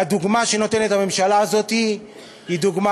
והדוגמה שנותנת הממשלה הזאת היא דוגמה